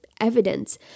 evidence